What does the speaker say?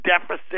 deficit